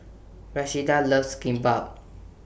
Rashida loves Kimbap